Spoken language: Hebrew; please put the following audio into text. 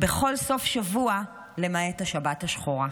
בכל סוף שבוע, למעט השבת השחורה.